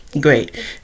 Great